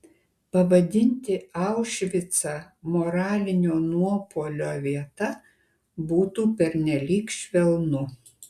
pavadinti aušvicą moralinio nuopuolio vieta būtų pernelyg švelnu